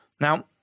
Now